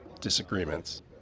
disagreements